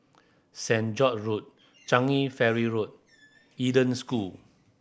Saint George Road Changi Ferry Road Eden School